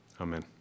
Amen